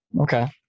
Okay